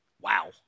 Wow